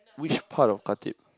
which part of Khatib